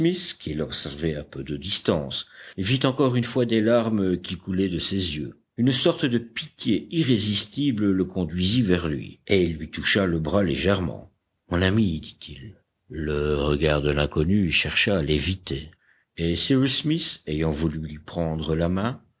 qui l'observait à peu de distance vit encore une fois des larmes qui coulaient de ses yeux une sorte de pitié irrésistible le conduisit vers lui et il lui toucha le bras légèrement mon ami dit-il le regard de l'inconnu chercha à l'éviter et cyrus smith ayant voulu lui prendre la main